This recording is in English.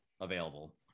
available